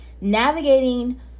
navigating